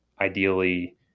ideally